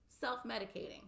self-medicating